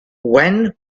when